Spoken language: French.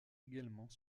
également